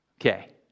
Okay